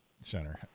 Center